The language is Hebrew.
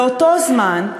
באותו זמן,